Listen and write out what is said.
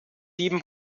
sieben